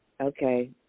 okay